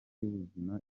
y’ubuzima